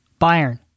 Bayern